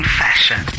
fashion